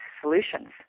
solutions